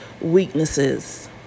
weaknesses